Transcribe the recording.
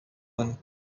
one